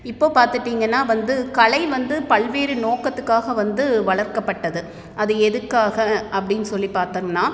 இப்போ பார்த்துட்டிங்கன்னா வந்து கலை வந்து பல்வேறு நோக்கத்துக்காக வந்து வளர்க்கப்பட்டது அது எதுக்காக அப்படின்னு சொல்லி பார்த்தம்ன்னா